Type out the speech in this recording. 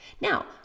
Now